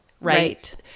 Right